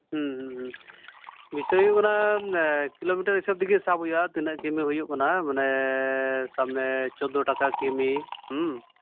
ᱵᱤᱥᱚᱭ ᱦᱩᱭᱩᱜ ᱠᱟᱱᱟ ᱠᱤᱞᱳᱢᱤᱴᱟᱨ ᱦᱤᱥᱟᱹᱵ ᱛᱮᱜᱮ ᱥᱟᱵ ᱦᱩᱭᱩᱜᱼᱟ ᱛᱤᱱᱟᱹᱜ ᱠᱤᱞᱳᱢᱤᱴᱟᱨ ᱦᱩᱭᱩᱜ ᱠᱟᱱᱟ ᱢᱟᱱᱮ ᱥᱟᱵᱢᱮ ᱪᱚᱫᱽᱫᱳ ᱴᱟᱠᱟ ᱠᱤᱢᱤ